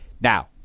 Now